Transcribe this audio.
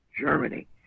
Germany